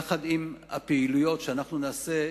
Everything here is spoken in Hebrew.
יחד עם הפעילויות שאנחנו נעשה,